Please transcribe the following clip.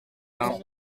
bains